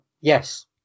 Yes